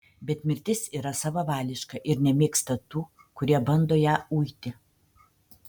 bet mirtis yra savavališka ir nemėgsta tų kurie bando ją uiti